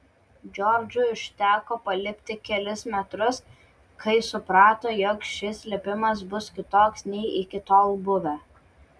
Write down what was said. džordžui užteko palipti kelis metrus kai suprato jog šis lipimas bus kitoks nei iki tol buvę